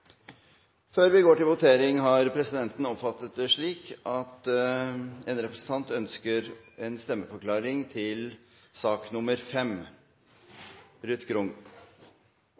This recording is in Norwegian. Før vi går til votering, har presidenten oppfattet det slik at representanten Grung ønsker en stemmeforklaring til sak